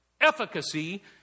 Efficacy